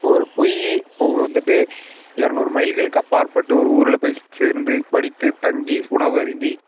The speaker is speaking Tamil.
இப்போ ஒரு பொய் இப்போ வந்துட்டு இரநூறு மைல்களுக்கு அப்பாற்பட்ட ஒரு ஊரில் போய் சேர்ந்து படித்துத் தங்கி உணவு அருந்தி